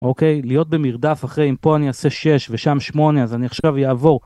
אוקיי? להיות במרדף אחרי אם פה אני אעשה 6 ושם 8 אז אני עכשיו יעבור.